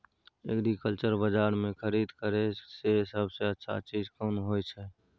Agriculture बाजार में खरीद करे से सबसे अच्छा चीज कोन होय छै?